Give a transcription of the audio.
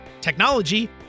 technology